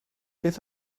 beth